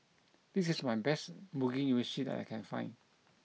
this is my best Mugi Meshi that I can find